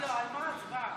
על מה ההצבעה?